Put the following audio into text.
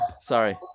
Sorry